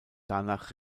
danach